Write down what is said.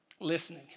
Listening